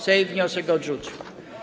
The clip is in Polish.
Sejm wniosek odrzucił.